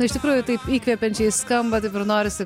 na iš tikrųjų taip įkvepiančiai skamba taip ir norisi